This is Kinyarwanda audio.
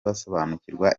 basobanurirwa